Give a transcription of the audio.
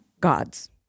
Gods